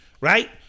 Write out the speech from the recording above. Right